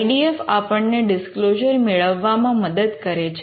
I D F આપણને disclosure મેળવવામાં મદદ કરે છે